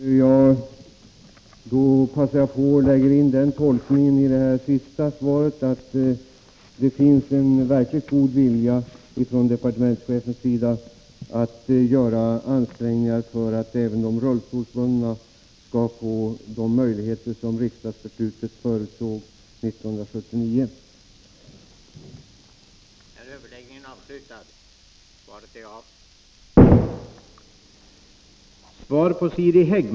Herr talman! Då passar jag på och lägger in den tolkningen i kommunikationsministerns senaste anförande att det finns en verkligt god vilja från departementschefens sida att göra ansträngningar för att även de rullstolsbundna skall få de möjligheter som riksdagsbeslutet 1979 förutsåg.